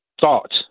thoughts